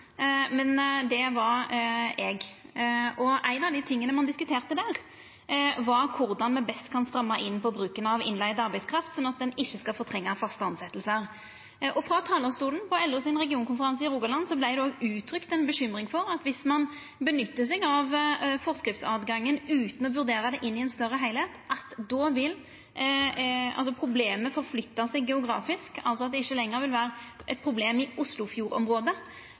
men det var eg. Ein av dei tinga ein diskuterte der, var korleis me best kan stramma inn på bruken av innleigd arbeidskraft, sånn at det ikkje skal fortrengja faste tilsetjingar. Frå talarstolen på LO sin regionkonferanse i Rogaland vart det òg uttrykt ei bekymring for at viss ein nyttar seg av forskriftsåtgangen utan å vurdera det inn i ein større heilskap, vil problemet flytta seg geografisk, altså at det ikkje lenger vil vera eit problem i